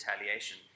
retaliation